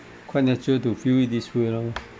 quite natural to feel this way lor